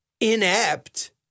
inept